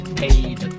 paid